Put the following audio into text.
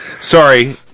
Sorry